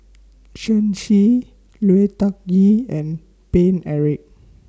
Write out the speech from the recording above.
Shen Xi Lui Tuck Yew and Paine Eric